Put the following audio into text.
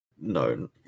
No